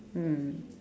mm